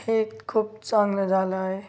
हे एक खूप चांगलं झालं आहे